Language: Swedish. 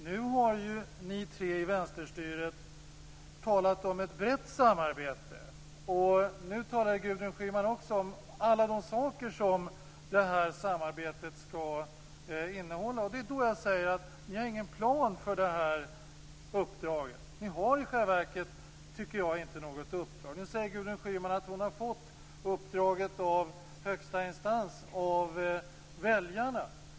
Nu har ni tre i vänsterstyret talat om ett brett samarbete, och Gudrun Schyman talar också om alla de saker som det här samarbetet skall innehålla. Det är då jag säger: Ni har ingen plan för det här uppdraget. Ni har i själva verket inte något uppdrag, tycker jag. Nu säger Gudrun Schyman att hon har fått uppdraget av högsta instans: av väljarna.